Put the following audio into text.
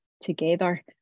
together